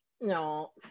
no